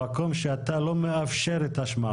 אמרתי: אפשר והאמת נמצאת במקום שאתה לא מאפשר את השמעתה.